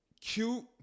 cute